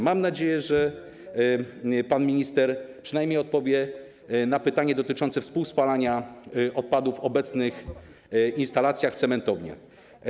Mam nadzieję, że pan minister przynajmniej odpowie na pytanie dotyczące współspalania odpadów w obecnych instalacjach w cementowniach.